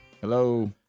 Hello